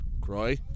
Croy